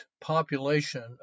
population